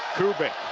kubik,